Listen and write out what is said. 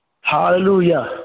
Hallelujah